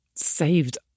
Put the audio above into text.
saved